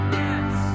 yes